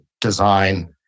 design